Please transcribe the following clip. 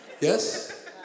Yes